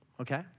okay